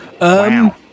wow